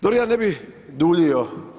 Dobro, ja ne bih duljio.